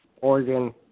Oregon